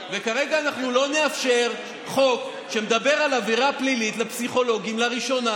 וכרגע אנחנו לא נאפשר חוק שמדבר על עבירה פלילית לפסיכולוגים לראשונה,